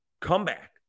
comeback